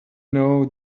know